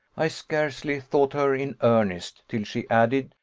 i scarcely thought her in earnest till she added,